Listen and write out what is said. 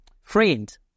Friend